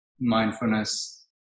mindfulness